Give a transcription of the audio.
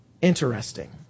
Interesting